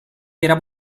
era